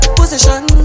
position